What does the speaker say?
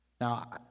Now